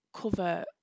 cover